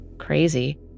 crazy